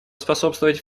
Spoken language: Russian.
способствовать